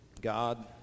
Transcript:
God